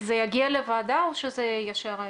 זה יגיע לוועדה או שזה ישר ---?